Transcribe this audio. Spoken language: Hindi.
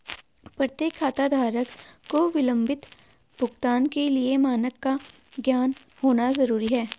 प्रत्येक खाताधारक को विलंबित भुगतान के लिए मानक का ज्ञान होना जरूरी है